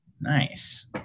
Nice